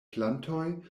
plantoj